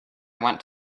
went